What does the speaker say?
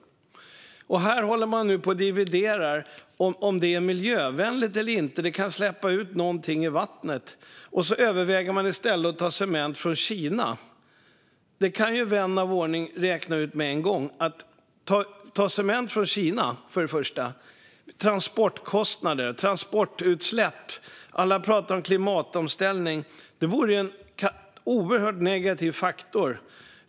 Här håller man nu på och dividerar om det är miljövänligt eller inte. Något kan släppas ut i vattnet, och därför överväger man i stället att ta cement från Kina. Att ta cement från Kina kan ju vän av ordning räkna ut med en gång medför transportkostnader och transportutsläpp, för det första. Alla pratar ju om klimatomställning - detta vore en oerhört negativ faktor.